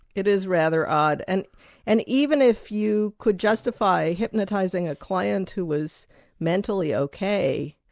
it is rather odd, and and even if you could justify hypnotising a client who was mentally ok,